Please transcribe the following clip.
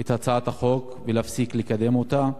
את הצעת החוק ולהפסיק לקדם אותה.